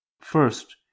First